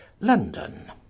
london